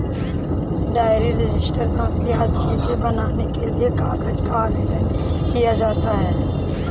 diary, register, copy आदि चीजें बनाने के लिए कागज का आवेदन किया जाता है